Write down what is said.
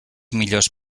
millors